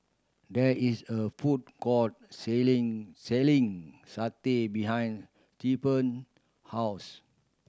there is a food court selling selling satay behind Stephany house